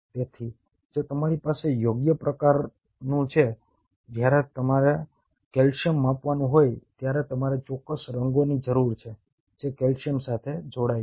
તેથી જો તમારી પાસે યોગ્ય પ્રકારનું છે જ્યારે તમારે કેલ્શિયમ માપવાનું હોય ત્યારે તમારે ચોક્કસ રંગોની જરૂર છે જે કેલ્શિયમ સાથે જોડાય છે